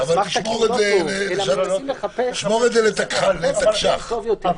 האסמכתה כי הוא לא טוב אלא מנסים לחפש סעיף טוב יותר.